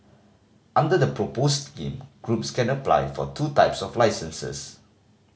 under the proposed scheme groups can apply for two types of licences